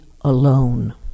alone